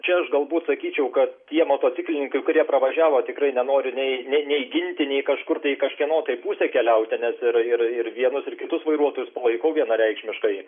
čia aš galbūt sakyčiau kad tie motociklininkai kurie pravažiavo tikrai nenoriu nei nei nei ginti nei kažkur tai į kažkieno tai pusę keliauti nes ir ir ir vienus ir kitus vairuotojus palaikau vienareikšmiškai